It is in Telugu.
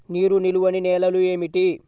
నీరు నిలువని నేలలు ఏమిటి?